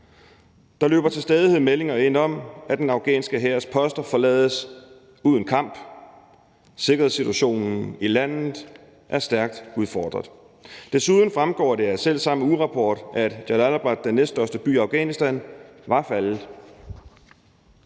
Der løber til stadighed meldinger ind om, at den afghanske hærs poster forlades uden kamp. Sikkerhedssituationen i landet er stærkt udfordret. Desuden fremgår det af selv samme ugerapport, at Jalalabad, den næststørste by i Afghanistan, var faldet.